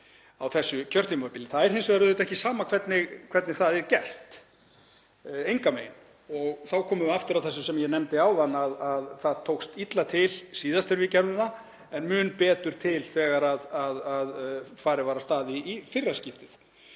á þessu kjörtímabili. Það er hins vegar ekki sama hvernig það er gert, engan veginn. Og þá komum við aftur að því sem ég nefndi áðan, að það tókst illa til síðast þegar við gerðum það en mun betur þegar farið var af stað í fyrra skiptið.